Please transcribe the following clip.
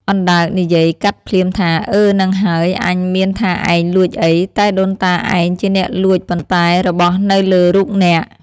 អណ្ដើកនិយាយកាត់ភ្លាមថា៖ "អើហ្នឹងហើយ អញមានថាឯងលួចអី តែដូនតាឯងជាអ្នកលួច! ប៉ុន្តែរបស់នៅលើរូបអ្នក